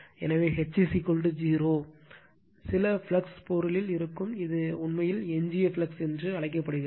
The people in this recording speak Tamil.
எனவே H 0 சில ஃப்ளக்ஸ் பொருளில் இருக்கும் இது உண்மையில் எஞ்சிய ஃப்ளக்ஸ் என்று அழைக்கப்படுகிறது